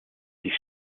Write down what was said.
die